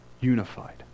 Unified